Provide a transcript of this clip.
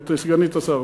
את סגנית השר,